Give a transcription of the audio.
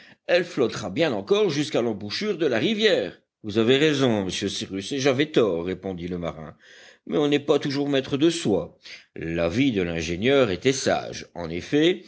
elle flottera bien encore jusqu'à l'embouchure de la rivière vous avez raison monsieur cyrus et j'avais tort répondit le marin mais on n'est pas toujours maître de soi l'avis de l'ingénieur était sage en effet